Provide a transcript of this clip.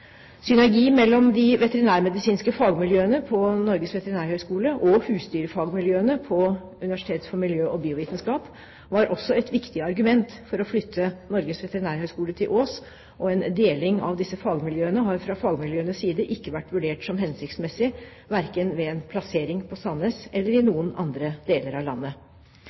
Synergi mellom de veterinærmedisinske fagmiljøene på Norges veterinærhøgskole og husdyrfagmiljøene på Universitetet for miljø og biovitenskap var også et viktig argument for å flytte Norges veterinærhøgskole til Ås, og en deling av disse fagmiljøene har fra fagmiljøenes side ikke vært vurdert som hensiktsmessig, verken ved en plassering på Sandnes eller i noen andre deler av landet.